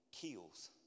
kills